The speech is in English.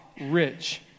rich